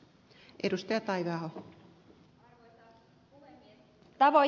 arvoisa puhemies